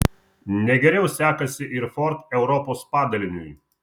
ne geriau sekasi ir ford europos padaliniui